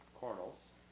Cornels